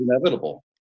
inevitable